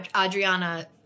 Adriana